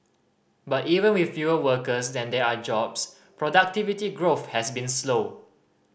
but even with fewer workers than there are jobs productivity growth has been slow